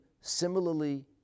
similarly